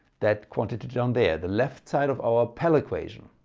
that quantity down there the left side of our pell equation.